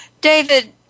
David